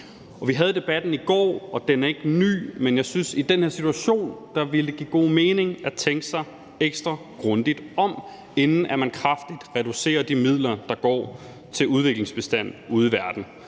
Vi havde debatten i går, så den er ikke ny, men jeg synes, at det i den her situation ville give god mening at tænke sig ekstra grundigt om, inden man reducerer de midler, der går til udviklingsbistand ude i verden,